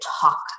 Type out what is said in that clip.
talk